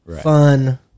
fun